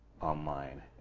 online